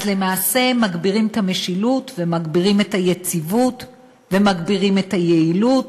אז למעשה מגבירים את המשילות ומגבירים את היציבות ומגבירים את היעילות